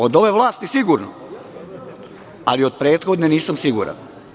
Od ove vlasti sigurno, ali od prethodne nisam siguran.